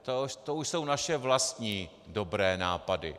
To už jsou naše vlastní dobré nápady.